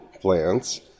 plants